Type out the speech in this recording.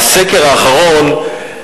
הסקר האחרון,